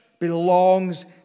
belongs